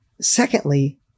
Secondly